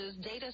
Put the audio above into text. data